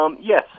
Yes